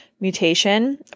mutation